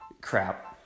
Crap